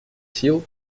сил